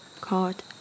called